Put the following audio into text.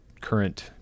current